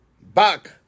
back